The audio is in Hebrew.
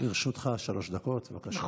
שלוש דקות, בבקשה.